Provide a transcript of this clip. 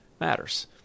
matters